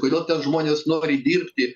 kodėl ten žmonės nori dirbti